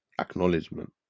Acknowledgement